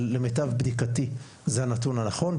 אבל למיטב בדיקתי זה הנתון הנכון,